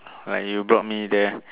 like you brought me there